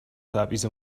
تبعیض